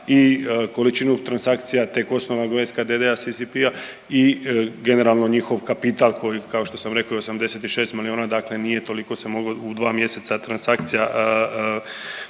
i količinu transakcija tek osnovanog SKDD-CCP-a i generalno njihov kapital koji, kao što sam rekao je 86 milijuna, dakle nije toliko se moglo u 2 mjeseca transakcija